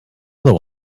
other